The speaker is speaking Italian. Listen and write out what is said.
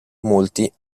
molti